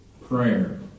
Prayer